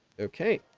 Okay